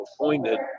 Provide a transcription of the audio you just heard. appointed